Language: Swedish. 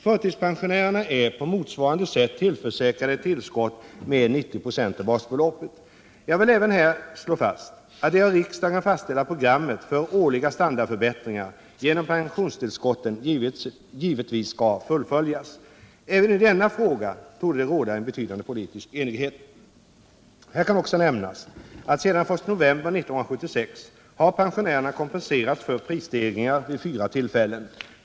Förtidspensionärerna är på motsvarande sätt tillförsäkrade tillskott med 90 26 av basbeloppet. Jag vill även här slå fast att det av riksdagen fastställda programmet för årliga standardförbättringar genom pensionstillskotten givetvis skall fullföljas. Även i denna fråga torde det råda en betydande politisk enighet. Här kan också nämnas att sedan den 1 november 1976 har pensionärerna kompenserats för prisstegringar vid fyra tillfällen.